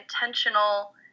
intentional